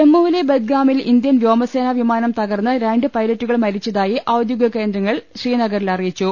ജമ്മുവിലെ ബദ്ഗാമിൽ ഇന്ത്യൻ വ്യോമസേന വിമാനം തകർന്ന് രണ്ട് പൈലറ്റുകൾ മരിച്ചതായി ഔദ്യോഗിക കേന്ദ്രങ്ങൾ ശ്രീനഗറിൽ അറിയി ച്ചു